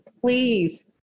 Please